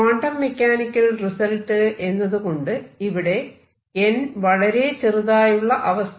quantum mechanical result എന്നത് കൊണ്ട് ഇവിടെ n വളരെ ചെറുതായുള്ള അവസ്ഥ